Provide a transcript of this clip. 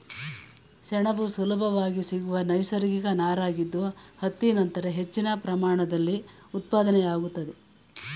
ಸೆಣಬು ಸುಲಭವಾಗಿ ಸಿಗುವ ನೈಸರ್ಗಿಕ ನಾರಾಗಿದ್ದು ಹತ್ತಿ ನಂತರ ಹೆಚ್ಚಿನ ಪ್ರಮಾಣದಲ್ಲಿ ಉತ್ಪಾದನೆಯಾಗ್ತದೆ